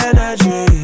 Energy